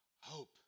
hope